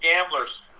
gambler's